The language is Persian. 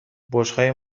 برجهای